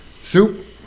Soup